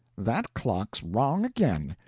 that clock's wrong again.